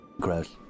Gross